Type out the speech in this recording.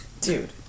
dude